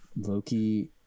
loki